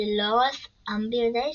דולורס אמברידג',